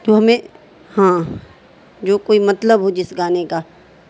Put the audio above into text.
تو ہمیں ہاں جو کوئی مطلب ہو جس گانے کا